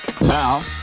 Now